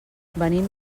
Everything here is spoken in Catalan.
venim